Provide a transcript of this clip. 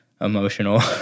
emotional